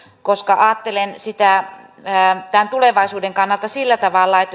ajattelen sitä tämän tulevaisuuden kannalta sillä tavalla että